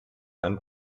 sein